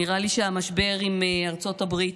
נראה לי שהמשבר עם ארצות הברית,